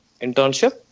internship